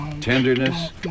tenderness